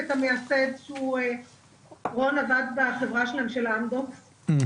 המייסד כי רון עבד בחברה שלהם של אמדוקס,